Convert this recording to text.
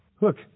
look